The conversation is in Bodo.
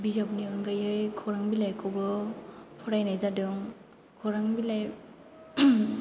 बिजाबनि अनगायै खौरां बिलाइखौबो फरायनाय जादों खौरां बिलाइ